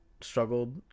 struggled